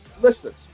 listen